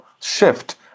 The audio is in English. shift